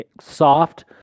soft